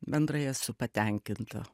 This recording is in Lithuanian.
bendrai esu patenkinta